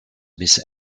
miss